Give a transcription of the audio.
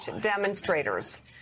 demonstrators